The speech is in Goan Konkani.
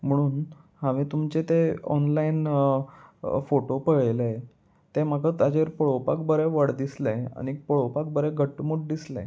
म्हणून हांवें तुमचें तें ऑनलायन फोटो पळयले तें म्हाका ताजेर पळोवपाक बरें व्हड दिसलें आनी पळोवपाक बरें घट्टमूट दिसलें